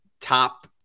top